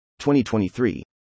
2023